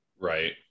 Right